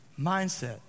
mindset